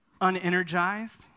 unenergized